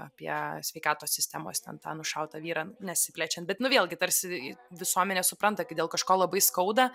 apie sveikatos sistemos ten tą nušautą vyrą nesiplečiant bet nu vėlgi tarsi visuomenė supranta kad dėl kažko labai skauda